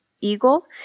eagle